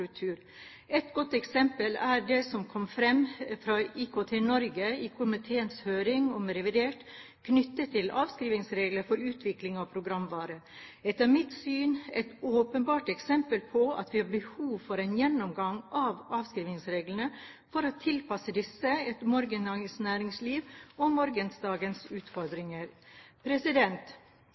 Et godt eksempel er det som kom fram fra IKT-Norge i komiteens høring om revidert knyttet til avskrivningsreglene for utvikling av programvare, som etter mitt syn åpenbart viser at vi har behov for en gjennomgang av avskrivningsreglene for å tilpasse disse morgendagens næringsliv og morgendagens utfordringer.